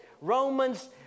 Romans